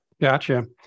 Gotcha